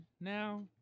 now